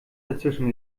dazwischen